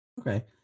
Okay